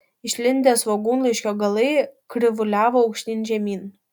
išlindę svogūnlaiškio galai krivuliavo aukštyn žemyn